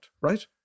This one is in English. right